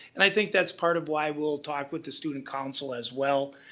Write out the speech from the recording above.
and i think that's part of why we'll talk with the student council as well,